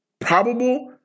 probable